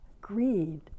greed